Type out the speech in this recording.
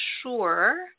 sure